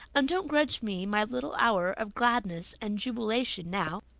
and don't grudge me my little hour of gladness and jubilation now.